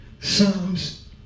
Psalms